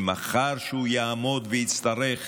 כי מחר כשהוא יעמוד ויצטרך